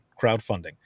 crowdfunding